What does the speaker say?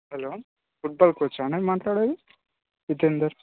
hello football కోచా అండి మాట్లాడేది ఇతేందర్